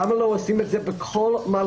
למה לא עושים את זה בכל מלון,